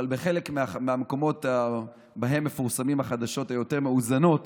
בחלק מהמקומות שבהם מפורסמות החדשות היותר-מאוזנות